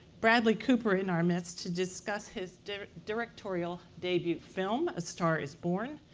bradley cooper in our midst to discuss his directorial debut film, a star is born,